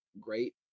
great